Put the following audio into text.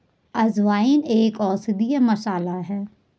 अजवाइन एक औषधीय मसाला है